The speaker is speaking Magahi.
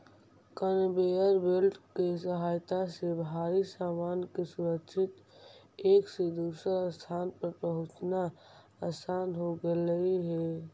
कनवेयर बेल्ट के सहायता से भारी सामान के सुरक्षित एक से दूसर स्थान पर पहुँचाना असान हो गेलई हे